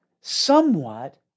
somewhat